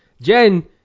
Jen